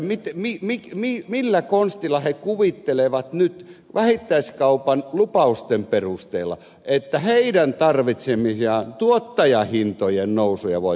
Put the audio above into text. minä en ymmärrä millä konstilla he kuvittelevat nyt vähittäiskaupan lupausten perusteella että heidän tarvitsemiaan tuottajahintojen nousuja voitaisiin toteuttaa